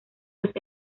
los